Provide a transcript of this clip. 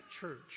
church